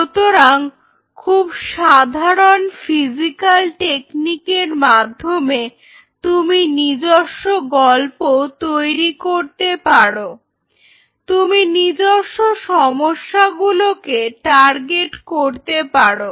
সুতরাং খুব সাধারন ফিজিক্যাল টেকনিকের মাধ্যমে তুমি নিজস্ব গল্প তৈরি করতে পারো তুমি নিজস্ব সমস্যাগুলোকে টার্গেট করতে পারো